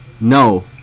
No